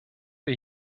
wir